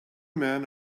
men